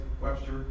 Webster